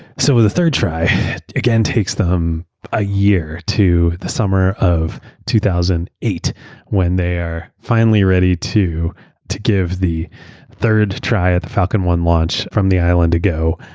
so ah the third try again takes them a year to the summer of two thousand and eight when they are finally ready to to give the third try at the falcon one launch from the island to go.